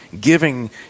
giving